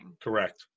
Correct